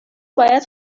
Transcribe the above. باید